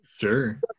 sure